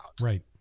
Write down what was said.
right